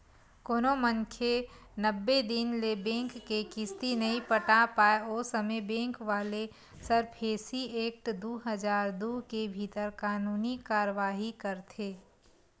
कोनो मनखे नब्बे दिन ले बेंक के किस्ती नइ पटा पाय ओ समे बेंक वाले सरफेसी एक्ट दू हजार दू के भीतर कानूनी कारवाही करथे